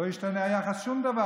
לא ישתנה היחס, שום דבר.